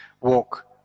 walk